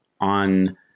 on